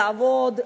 לעבוד,